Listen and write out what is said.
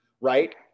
right